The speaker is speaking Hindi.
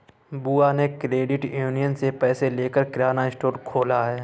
बुआ ने क्रेडिट यूनियन से पैसे लेकर किराना स्टोर खोला है